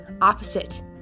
opposite